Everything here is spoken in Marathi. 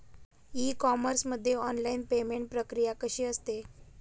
ई कॉमर्स मध्ये ऑनलाईन पेमेंट प्रक्रिया कशी असते?